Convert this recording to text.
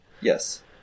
Yes